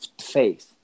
faith